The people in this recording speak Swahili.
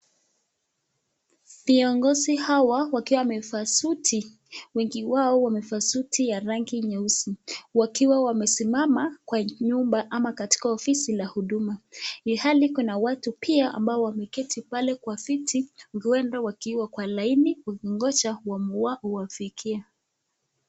Viongozi hawa wakiwa wamevaa suti. Wengi wao wamevaa suti ya rangi nyeusi, wakiwa wamesimama kwa kwa nyumba ama katika ofisi ya huduma. Ilhali kuna watu pia ambao wameketi pale kwa viti huenda wakiwa kwa laini wakingoja wafikie.